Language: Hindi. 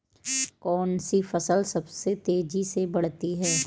कौनसी फसल सबसे तेज़ी से बढ़ती है?